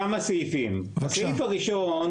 הכסף הועבר, הכסף הועבר לעובד.